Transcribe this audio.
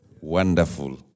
Wonderful